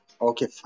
Okay